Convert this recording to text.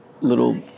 little